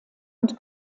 und